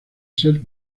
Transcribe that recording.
ser